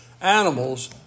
animals